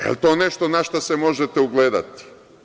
Jel to nešto na šta se možete ugledati?